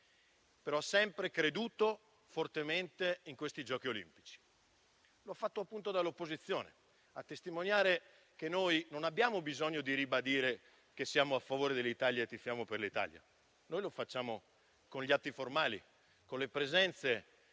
ma ha sempre creduto fortemente in questi Giochi olimpici. Lo ha fatto, appunto, dall'opposizione, a testimoniare che non abbiamo bisogno di ribadire che siamo a favore dell'Italia e che tifiamo per l'Italia. Lo facciamo con gli atti formali, con le presenze